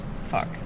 Fuck